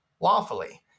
lawfully